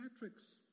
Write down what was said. metrics